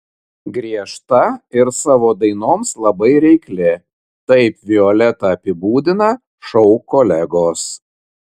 griežta ir savo dainoms labai reikli taip violetą apibūdina šou kolegos